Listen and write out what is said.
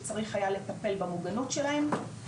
שצריך היה לטפל במוגנות שלהם,